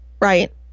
right